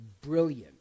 brilliant